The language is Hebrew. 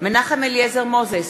מנחם אליעזר מוזס,